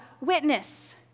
witness